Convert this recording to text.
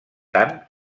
tant